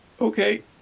Okay